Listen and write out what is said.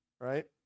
Right